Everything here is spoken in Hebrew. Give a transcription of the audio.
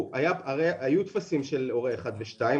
היו טפסים של הורה 1 ו-2.